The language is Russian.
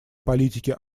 политики